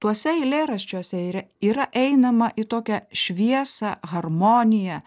tuose eilėraščiuose ire yra einama į tokią šviesą harmoniją